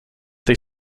tej